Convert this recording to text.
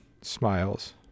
smiles